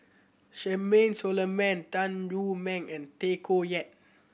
Charmaine Solomon Tan Lu Meng and Tay Koh Yat